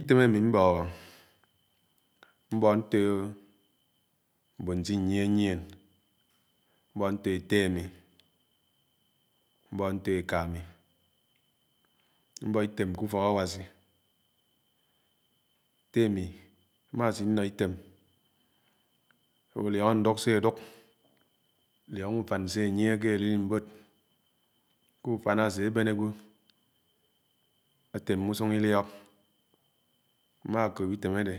Ìtém àmi mbòhò, mbò ntò mbòn si-ińyiè ñyién, mbo nfo ette ami, mbo nto eká mi mbò itèm ké ùfọk Awási, ette ámi àmá esiinó ítém awo lióngó ndúk sé ádúk, ūmgè ùgán se ànyie ké ereriḿbód ké ùfán ásébén ágwó ateme ùsùng iliók mmá kep itém àdé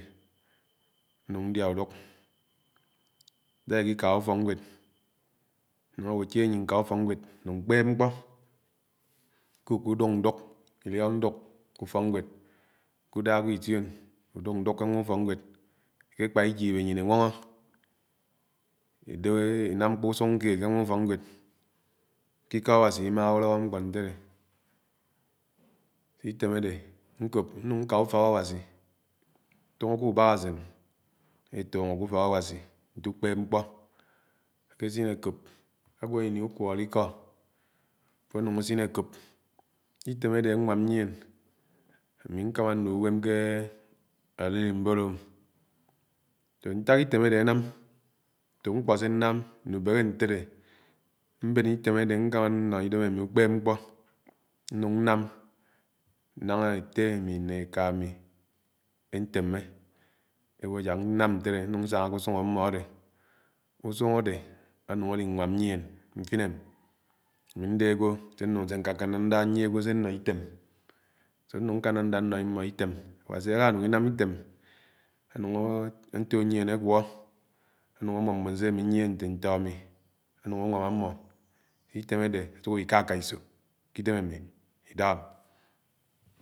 núng ndiá ùdùk. Idáhá ikikáhà ùfọ́knwéd ánung awó uneanyin ka úfọkknwéd ku-úkúdùk iliok ndùk ké ùfọ́knwèd, kuda ágwó ition ùdùk-ndùk ke ánwá ùfọ́knwéd, ékékpà igip̀ ańyin ewóngò enám mkpo usung mkpo usung keed ke anwa ùfọknwèd ke ikó Awàsi imáhé uto ntétéi item akòp núng nká ùfọk Awasi tóngò ké abàkàsèn, etóngo ku-ùfọkAwasi nté ukpéb mkpō akesine akòp agwó ini ùkwọ́lọ́ lkọ afo ánúng asiné akòp. Itèm adè anwám nyien ami nkámá nnú-uwém ké ènériḿbód. Ntàk item adé ànàm ntók mkpó sé nám nùbéhé ntelé mben item ade nno idem ami ùkpéb mkpò, nuñg nám nángá ette mi ne ekámá eteme ewo j̄ák nám ntélé nsángá usung ámó adé. Úsúng ade anúng alinwàm nyién mfin m, anù ndé agwo sé núng se ñuákámàñdá nyie agwo sé no item, núng ñkánánda nno amó itém. Awasi alánúng inám itém ànúng ató nyién agw̄o enung amum mbon se ami nyien nté ntó ami ánúng ánwám mmó. itém adé asok àwikákáiso ké idém ámi idáhǎ m.